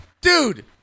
Dude